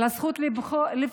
על הזכות לבחור,